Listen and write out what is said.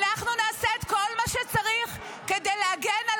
אנחנו נעשה את כל מה שצריך כדי להגן על